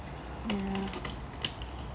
ya